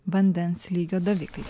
vandens lygio davikliai